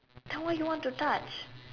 then what you want to touch